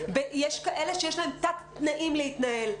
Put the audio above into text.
יש כאלה שיש להם תת תנאים להתנהל.